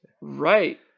right